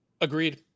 Agreed